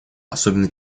особенно